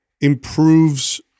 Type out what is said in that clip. improves